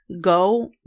go